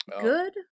Good